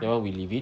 that [one] we leave it